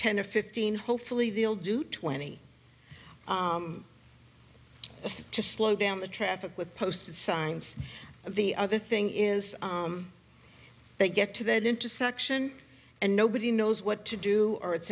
ten or fifteen hopefully they'll do twenty to slow down the traffic with posted signs of the other thing is they get to that intersection and nobody knows what to do or it's